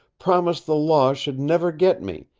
promised the law should never get me,